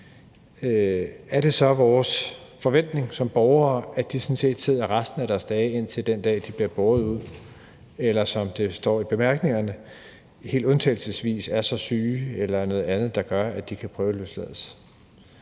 Er det så vores forventning som borgere, at de sådan set sidder der resten af deres dage indtil den dag, de bliver båret ud, eller som det står i bemærkningerne; indtil de helt undtagelsesvis er så syge eller der er noget andet, der gør, at de kan prøveløslades?